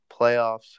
playoffs